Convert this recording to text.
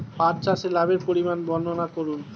পাঠ চাষের লাভের পরিমান বর্ননা করুন?